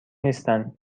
نیستن